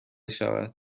شود